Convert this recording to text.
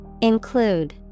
Include